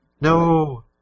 No